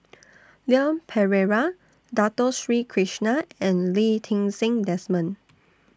Leon Perera Dato Sri Krishna and Lee Ti Seng Desmond